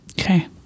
Okay